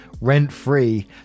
rent-free